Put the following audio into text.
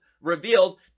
revealed